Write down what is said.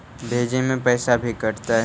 भेजे में पैसा भी कटतै?